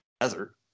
desert